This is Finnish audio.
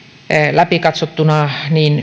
läpi katsottuna